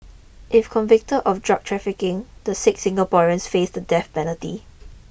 if convicted of drug trafficking the six Singaporeans face the death penalty